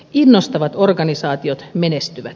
innostavat organisaatiot menestyvät